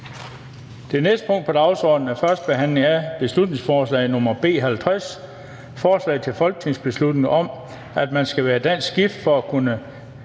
Det næste punkt på dagsordenen er: 28) 1. behandling af beslutningsforslag nr. B 50: Forslag til folketingsbeslutning om, at man skal være dansk gift for at kunne